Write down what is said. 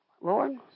Lord